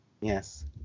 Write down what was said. Yes